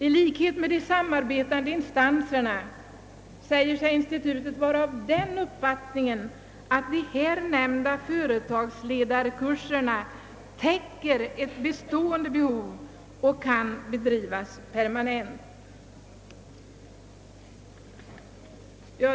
I likhet med de samarbetande instanserna säger sig institutet vara av den uppfattningen att de här nämnda företagsledarkurserna täcker ett bestående behov och kan bedrivas permanent.